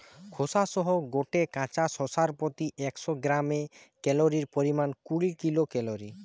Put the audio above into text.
খোসা সহ গটে কাঁচা শশার প্রতি একশ গ্রামে ক্যালরীর পরিমাণ কুড়ি কিলো ক্যালরী